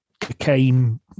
cocaine